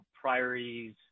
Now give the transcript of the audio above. priorities